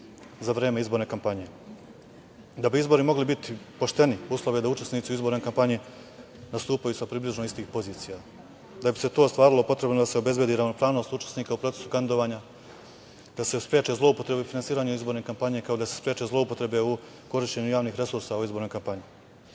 za vreme izborne kampanje. Da bi izbori mogli biti pošteni, uslovi da učesnici u izbornoj kampanji nastupaju sa približno istih pozicija. Da bi se to ostvarilo potrebno je da se obezbedi ravnopravnost učesnika u procesu kandidovanja, da se spreče zloupotrebe finansiranja u izbornoj kampanji, kao i da se spreče zloupotrebe u korišćenju javnih resursa u izbornoj kampanji. Ključnu